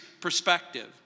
perspective